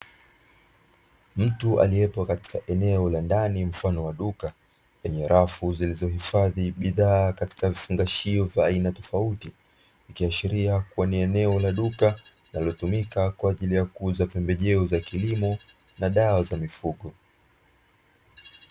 Mtu aliyepo eneo la ndani mfano wa duka lenye rafu zilizohifadhi bidhaa katika vifungashio vya aina tofauti, ikiashiria kuwa ni eneo la duka linalotumika kwa ajili ya kuuza pembejeo za kilimo na dawa za mifugo.